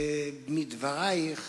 מדברייך